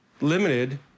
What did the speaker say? limited